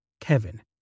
Kevin